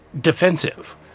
defensive